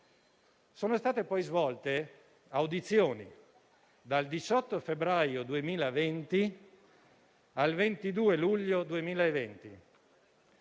Sono state poi svolte audizioni, dal 18 febbraio 2020 al 22 luglio 2020,